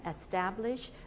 establish